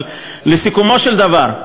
אבל לסיכומו של דבר,